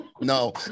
No